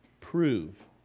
prove